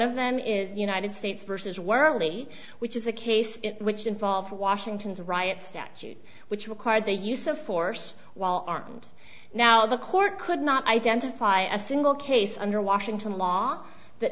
of them is united states versus worley which is a case which involved washington's riot statute which required the use of force while armed now the court could not identify a single case under washington law that